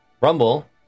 Rumble